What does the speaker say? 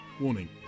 Warning